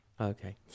Okay